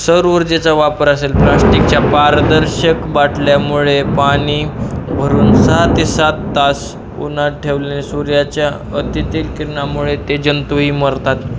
सौर ऊर्जेचा वापर असेल प्लास्टिकच्या पार्दर्शक बाटल्यामुळे पाणी भरून सहा ते सात तास उन्हात ठेवल्याने सूर्याच्या अति तेज किरणामुळे ते जंतु ही मरतात